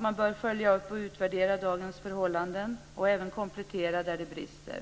Man bör följa upp och utvärdera dagens förhållanden och även komplettera där det brister.